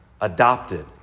adopted